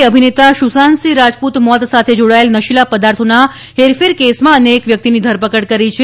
BA અભિનેતા સુશાંત સિંહ રાજપૂત મોત સાથે જોડાયેલ નશીલા પદાર્થોના હેરફેર કેસમાં અન્ય એક વ્યક્તિની ધરપકડ કરી છે